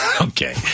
Okay